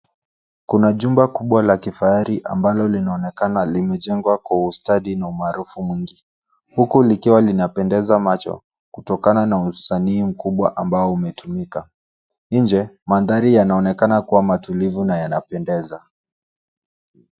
Kuna jumba kubwa la kifahari ambalo linaonekana limejengwa kwa ustadi na umaarufu mwingi, huku likiwa linapendeza macho, kutokana na usanii mkubwa ambao umetumika. Nje, mandhari yanaonekana kuwa matulivu na yanapendeza.